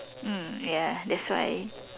mm ya that's why